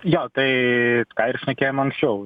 jo tai ką ir šnekėjom anksčiau